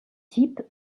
types